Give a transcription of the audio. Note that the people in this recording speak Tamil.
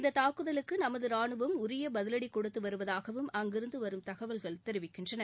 இந்த தாக்குதலுக்கு நமது ராணுவம் உரிய பதிவடி கொடுத்து வருவதாகவும் அங்கிருந்து வரும் தகவல்கள் தெரிவிக்கின்றன